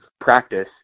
practice